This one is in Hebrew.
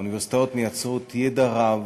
האוניברסיטאות מייצרות ידע רב,